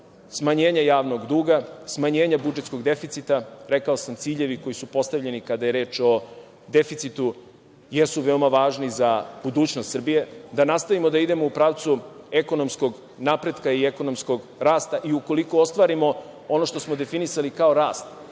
smanjenja javnog duga, smanjenja budžetskog deficita. Rekao sam, ciljevi koji su postavljeni, kada je reč o deficitu, jesu veoma važni za budućnost Srbije, da nastavimo da idemo u pravcu ekonomskog napretka i ekonomskog rasta. Ukoliko ostvarimo ono što smo definisali kao rast,